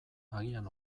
agian